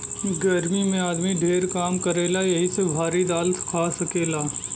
गर्मी मे आदमी ढेर काम करेला यही से भारी दाल खा सकेला